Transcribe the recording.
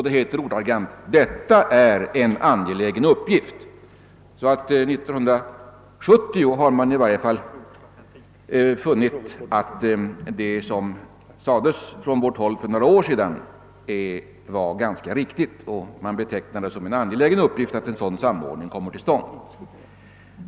Det heter ordagrant: »Detta är en angelägen uppgift.» År 1970 har man i varje fall funnit att det som sades från vårt håll för några år sedan var ganska riktigt, och man betecknar det som en angelägen uppgift att en sådan samordning kommer till stånd.